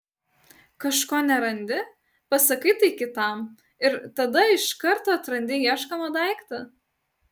kažko nerandi pasakai tai kitam ir tada iš karto atrandi ieškomą daiktą